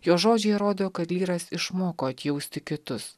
jo žodžiai rodo kad lyras išmoko atjausti kitus